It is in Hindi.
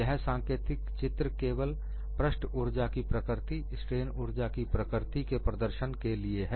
यह सांकेतिक चित्र केवल पृष्ठ ऊर्जा की प्रकृति स्ट्रेन ऊर्जा की प्रकृति के प्रदर्शन के लिए है